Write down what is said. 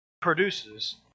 produces